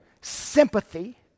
sympathy